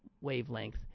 wavelength